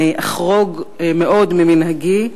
אחרוג מאוד ממנהגי,